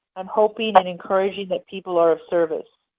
i'm hoping and encouraging that people are service.